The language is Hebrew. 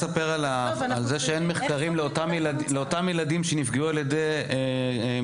את יכולה לספר על זה שאין מחקרים לאותם ילדים שנפגעו על ידי מטפלות,